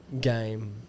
game